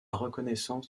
reconnaissance